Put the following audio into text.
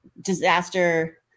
disaster